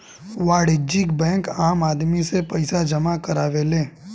वाणिज्यिक बैंक आम आदमी से पईसा जामा करावेले